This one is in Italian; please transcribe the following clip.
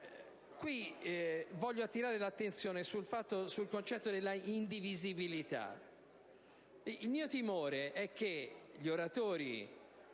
rapidamente attirare l'attenzione sul concetto della indivisibilità. Il mio timore è che gli oratori